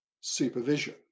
supervision